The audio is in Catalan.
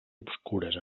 obscures